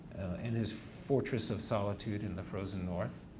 in his fortress of solitude in the frozen north.